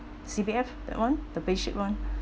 C_P_F that one the basic one